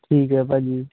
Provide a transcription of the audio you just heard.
ਠੀਕ ਹੈ ਭਾਜੀ